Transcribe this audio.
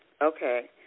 Okay